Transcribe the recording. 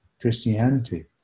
Christianity